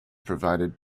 provided